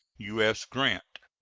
u s. grant.